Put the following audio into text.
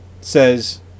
says